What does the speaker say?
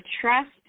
trust